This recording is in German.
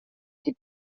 die